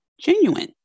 genuine